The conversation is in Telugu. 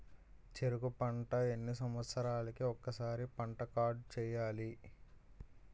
చెరుకు పంట ఎన్ని సంవత్సరాలకి ఒక్కసారి పంట కార్డ్ చెయ్యాలి?